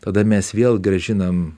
tada mes vėl grąžinam